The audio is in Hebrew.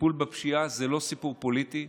טיפול בפשיעה הוא לא סיפור פוליטי,